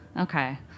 Okay